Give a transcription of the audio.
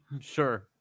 Sure